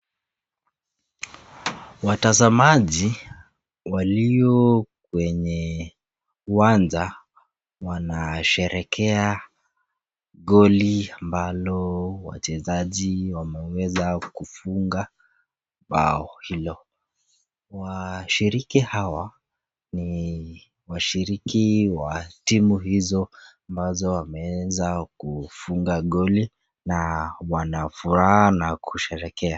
Watazamaji walio kwenye uwanja wanasherehekea goli ambalo wachezaji wameweza kufunga bao hilo. Washiriki hawa ni washiriki wa timu hizo wamewza kufunga goli na wanafuraha na kusherehekea.